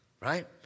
right